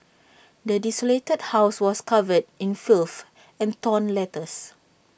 the desolated house was covered in filth and torn letters